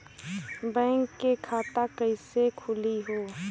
Bank मे खाता कईसे खुली हो?